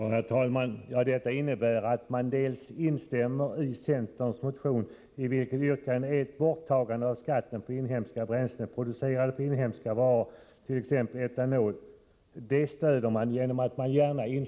Herr talman! Detta innebär att moderaterna instämmer i centerns motion, i vilken yrkandet är borttagande av skatten på inhemska bränslen, producerade av inhemska råvaror, t.ex. etanol. Detta yrkande stöder man gärna.